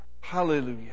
hallelujah